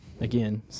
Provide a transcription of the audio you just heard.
Again